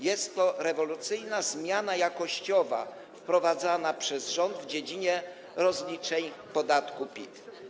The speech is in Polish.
Jest to rewolucyjna zmiana jakościowa wprowadzana przez rząd w dziedzinie rozliczeń podatku PIT.